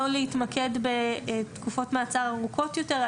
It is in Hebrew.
או להתמקד בתקופות מעצר ארוכות יותר.